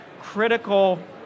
critical